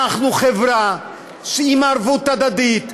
אנחנו חברה עם ערבות הדדית.